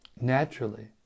Naturally